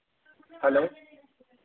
hello